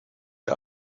der